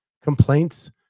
Complaints